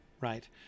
right